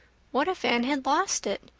what if anne had lost it?